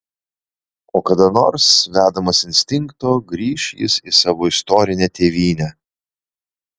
o kada nors vedamas instinkto grįš jis į savo istorinę tėvynę